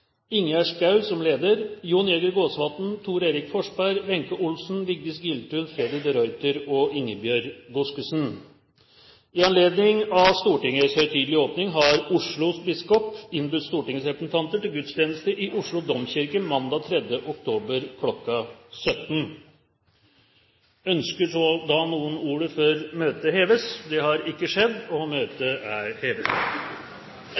leder, Jon Jæger Gåsvatn, Thor Erik Forsberg, Wenche Olsen, Vigdis Giltun, Freddy de Ruiter og Ingebjørg Godskesen. I anledning av Stortingets høytidelige åpning har Oslo biskop innbudt Stortingets representanter til gudstjeneste i Oslo domkirke mandag 3. oktober kl. 17. Ønsker noen ordet før møtet heves?